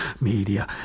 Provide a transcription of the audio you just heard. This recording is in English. media